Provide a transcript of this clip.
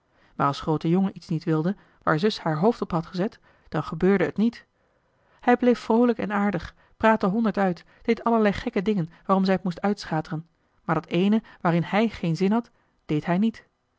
maar als groote jongen iets niet wilde waar zus haar hoofd op had gezet dan gebeurde het niet hij bleef vroolijk en aardig praatte honderd uit deed allerlei gekke dingen waarom zij het moest uitschateren maar dat ééne waarin hij geen zin had deed hij niet